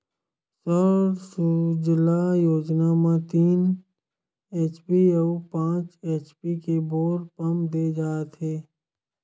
सौर सूजला योजना म तीन एच.पी अउ पाँच एच.पी के बोर पंप दे जाथेय